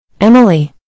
Emily